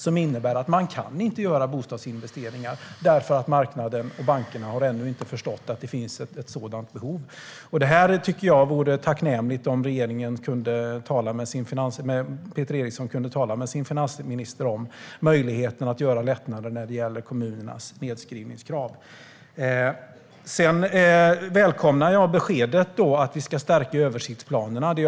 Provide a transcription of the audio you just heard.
Det innebär att man inte kan göra bostadsinvesteringar eftersom marknaden och bankerna ännu inte har förstått att det finns ett sådant behov. Det skulle vara tacknämligt om Peter Eriksson kunde tala med sin finansminister om möjligheten att göra lättnader när det gäller kommunernas nedskrivningskrav. Jag välkomnar beskedet om att översiktsplanerna ska stärkas.